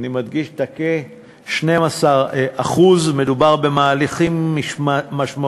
אני מדגיש את ה"כ" 12%. מדובר במהלכים משמעותיים,